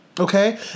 Okay